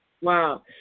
Wow